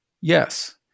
Yes